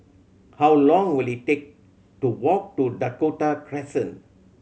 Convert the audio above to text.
how long will it take to walk to Dakota Crescent